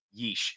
Yeesh